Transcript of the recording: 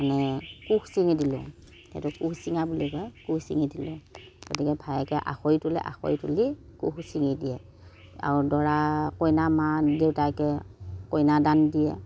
মানে কোষ ছিঙি দিলোঁ সেইটোক কোষ ছিঙা বুলি কয় কোষ ছিঙি দিলোঁ গতিকে ভায়েকে আখৈ তুলে আখৈ তুলি কোষ ছিঙি দিয়ে আৰু দৰা কইনাৰ মাক দেউতাকে কইনা দান দিয়ে